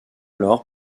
alors